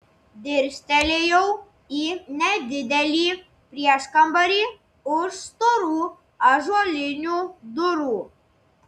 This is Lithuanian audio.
dirstelėjau į nedidelį prieškambarį už storų ąžuolinių durų